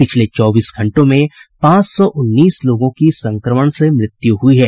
पिछले चौबीस घंटों में पांच सौ उन्नीस लोगों की संक्रमण से मृत्यु हुई है